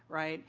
right?